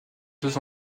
deux